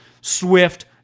Swift